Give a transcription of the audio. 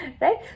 right